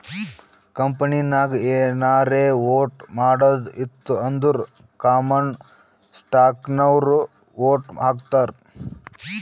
ಕಂಪನಿನಾಗ್ ಏನಾರೇ ವೋಟ್ ಮಾಡದ್ ಇತ್ತು ಅಂದುರ್ ಕಾಮನ್ ಸ್ಟಾಕ್ನವ್ರು ವೋಟ್ ಹಾಕ್ತರ್